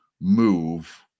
move